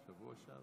בשבוע שעבר.